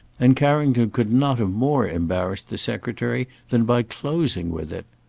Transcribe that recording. and carrington could not have more embarrassed the secretary than by closing with it.